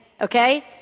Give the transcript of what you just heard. Okay